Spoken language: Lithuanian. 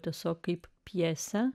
tiesiog kaip pjesę